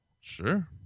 Sure